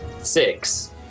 six